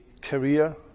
career